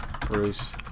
Bruce